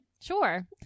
Sure